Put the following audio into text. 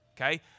okay